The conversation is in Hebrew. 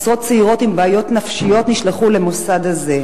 עשרות צעירות עם בעיות נפשיות נשלחו למוסד הזה.